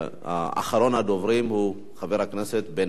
אחרון הדוברים הוא חבר הכנסת בן-ארי.